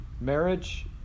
marriage